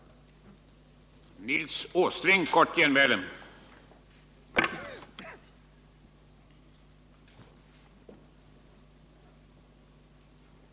14 december 1978